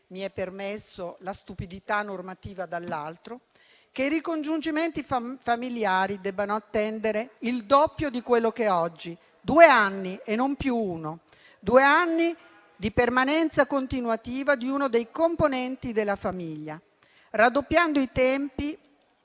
mi è permesso, la stupidità normativa dall'altro, che i ricongiungimenti familiari debbano attendere il doppio di quello che è previsto oggi: due anni e non più uno; due anni di permanenza continuativa di uno dei componenti della famiglia. Raddoppiando i tempi,